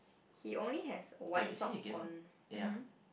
he only has white sock on hmm